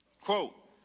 Quote